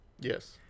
Yes